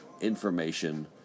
information